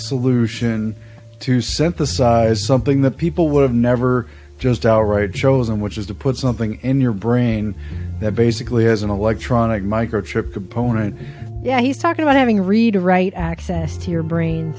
solution to synthesize something that people would have never just outright chosen which is to put something in your brain that basically has an electronic microchip component yeah he's talking about having read write access to your brain